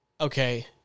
Okay